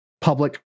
public